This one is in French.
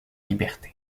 liberté